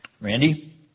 Randy